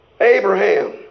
Abraham